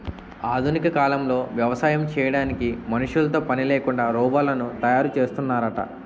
ఆధునిక కాలంలో వ్యవసాయం చేయడానికి మనుషులతో పనిలేకుండా రోబోలను తయారు చేస్తున్నారట